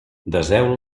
deseu